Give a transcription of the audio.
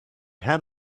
had